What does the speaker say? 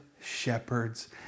shepherd's